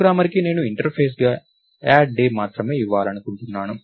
ప్రోగ్రామర్కి నేను ఇంటర్ఫేస్గా యాడ్ డే మాత్రమే ఇవ్వాలనుకుంటున్నాను